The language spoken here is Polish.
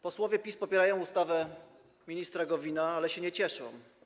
Posłowie PiS popierają ustawę ministra Gowina, ale się nie cieszą.